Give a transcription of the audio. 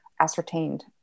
ascertained